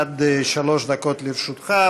עד שלוש דקות לרשותך,